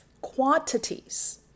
quantities